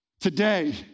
today